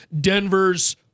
Denver's